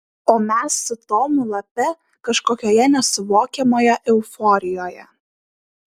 o mes su tomu lape kažkokioje nesuvokiamoje euforijoje